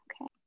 Okay